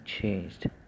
changed